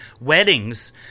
weddings